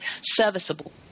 serviceable